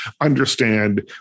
understand